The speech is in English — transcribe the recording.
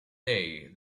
day